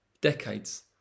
decades